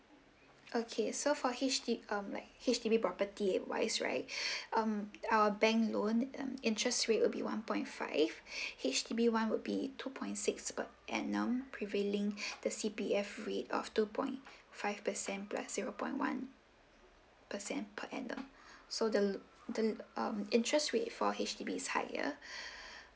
okay so for H_D um like H_D_B property wise right um our bank loan um interest rate will be one point five H_D_B one would be two point six per annum prevailing the C_P_F rate of two point five percent plus zero point one percent per annum so the l~ the l~ um interest rate for H_D_B is higher